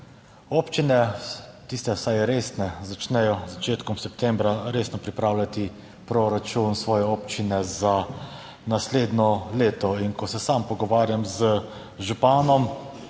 Občine, tiste, vsaj resne, začnejo z začetkom septembra resno pripravljati proračun svoje občine za naslednje leto. In ko se sam pogovarjam z županom,